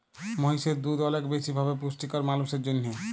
মহিষের দুহুদ অলেক বেশি ভাবে পুষ্টিকর মালুসের জ্যনহে